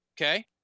Okay